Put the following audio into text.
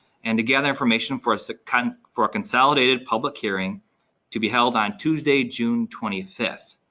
and to gather information for so kind of for a consolidated public hearing to be held on tuesday, june twenty fifth.